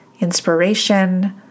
inspiration